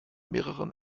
mehreren